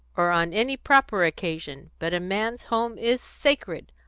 or on any proper occasion but a man's home is sacred.